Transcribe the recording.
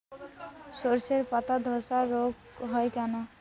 শর্ষের পাতাধসা রোগ হয় কেন?